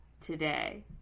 today